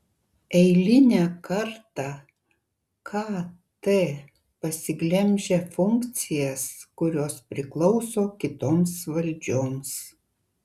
eilinę kartą kt pasiglemžia funkcijas kurios priklauso kitoms valdžioms